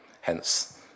Hence